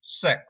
six